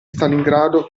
stalingrado